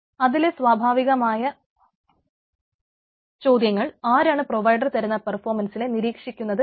അതിലെ സ്വാഭിവകമായ ചോദ്യങ്ങൾ ആരാണ് പ്രൊവിഡർ തരുന്ന പെർഫോമൻസിനെ നിരീക്ഷിക്കുന്നത് എന്ന്